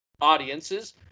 audiences